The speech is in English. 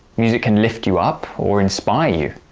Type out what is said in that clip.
music can lift you up, or inspire you,